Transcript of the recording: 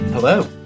Hello